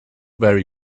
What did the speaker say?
very